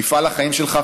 מפעל החיים שלך,